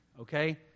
okay